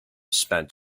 spent